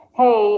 hey